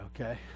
okay